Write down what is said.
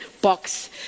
box